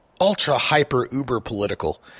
ultra-hyper-uber-political